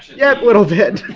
yep. little bit.